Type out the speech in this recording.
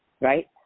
Right